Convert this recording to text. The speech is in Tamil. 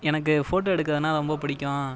எனக்கு ஃபோட்டோ எடுக்கிறதுன்னால் ரொம்ப பிடிக்கும்